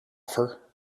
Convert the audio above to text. offer